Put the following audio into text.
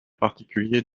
particulier